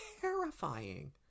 terrifying